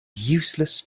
useless